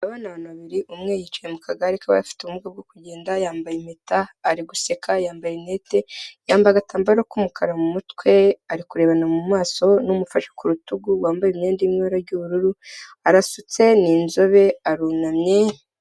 Aba ni abantu babiri umwe yicaye mu kagare k'abafite ubumuga bwo kugenda, yambaye impeta ari guseka yambaye intete ,yambaye agatambaro k'umukara mu mutwe ari kurebana mu maso n'umufashe ku rutugu, wambaye imyenda iri mu ibara ry'ubururu arasutse niinzobe arunamye.